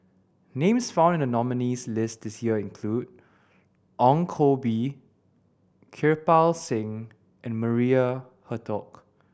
names found in the nominees' list this year include Ong Koh Bee Kirpal Singh and Maria Hertogh